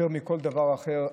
יותר מבכל דבר אחר,